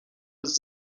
was